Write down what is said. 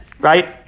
right